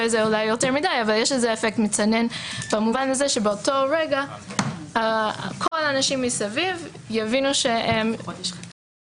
לזה אפקט מצנן במובן הזה שבאותו רגע כל האנשים מסביב יבינו שהם